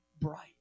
bright